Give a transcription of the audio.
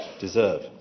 deserve